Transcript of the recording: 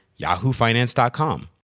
yahoofinance.com